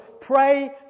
pray